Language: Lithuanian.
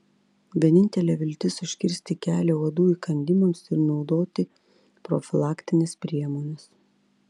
vienintelė viltis užkirsti kelią uodų įkandimams ir naudoti profilaktines priemones